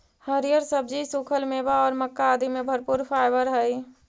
हरिअर सब्जि, सूखल मेवा और मक्कइ आदि में भरपूर फाइवर हई